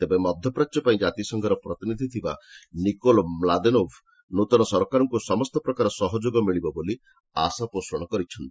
ତେବେ ମଧ୍ୟପ୍ରାଚ୍ୟ ପାଇଁ ଜାତିସଂଘର ପ୍ରତିନିଧି ଥିବା ନିକୋଲେ ମ୍ଲାଦେନୋଭ୍ ନୃତନ ସରକାରଙ୍କୁ ସମସ୍ତ ପ୍ରକାର ସହଯୋଗ ମିଳିବ ବୋଲି ଆଶାପୋଷଣ କରିଛନ୍ତି